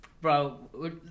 Bro